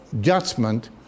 judgment